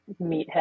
meathead